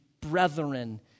brethren